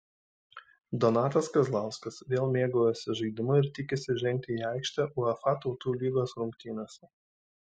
donatas kazlauskas vėl mėgaujasi žaidimu ir tikisi žengti į aikštę uefa tautų lygos rungtynėse